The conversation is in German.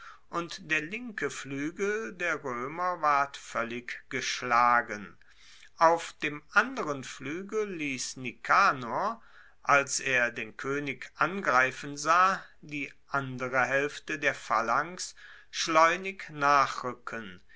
und der linke fluegel der roemer ward voellig geschlagen auf dem anderen fluegel liess nikanor als er den koenig angreifen sah die andere haelfte der phalanx schleunig nachruecken